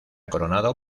coronado